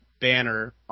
banner